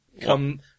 come